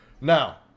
Now